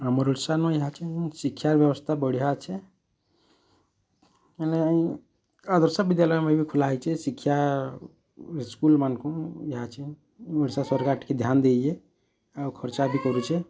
ଆମର୍ ଶିକ୍ଷା ବ୍ୟବସ୍ଥା ବଢ଼ିଆ ଅଛି ଏବେ ଆଦର୍ଶ ବିଦ୍ୟାଳୟ ଖୋଲା ହୋଇଛି ଏ ଶିକ୍ଷା ସ୍କୁଲ୍ମାନଙ୍କୁ ଓଡ଼ିଶା ସରକାର ଟିକେ ଧ୍ୟାନ ଦେଇଛି ଆଉ ଖର୍ଚ୍ଚ ବି କରୁଛି